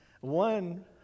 One